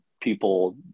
people